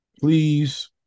please